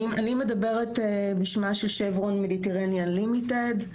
אני מדברת בשמה של שברון מידיטריניאן לימיטד.